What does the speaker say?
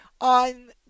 on